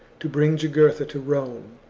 to bring jugurtha to rome,